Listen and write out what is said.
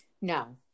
No